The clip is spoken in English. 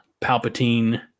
Palpatine